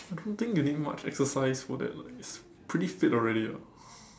I don't think you need much exercise for that like it's pretty fit already ah